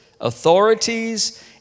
authorities